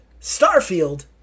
Starfield